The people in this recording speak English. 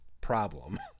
problem